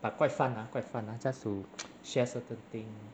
but quite fun ah quite fun ah just to share certain thing